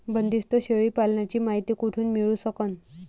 बंदीस्त शेळी पालनाची मायती कुठून मिळू सकन?